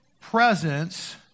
presence